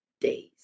days